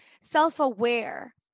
self-aware